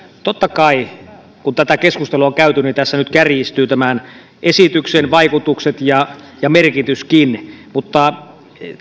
totta kai kun tätä keskustelua on käyty niin tässä nyt kärjistyvät tämän esityksen vaikutukset ja ja merkityskin mutta